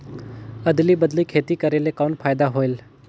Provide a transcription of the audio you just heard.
अदली बदली खेती करेले कौन फायदा होयल?